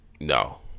No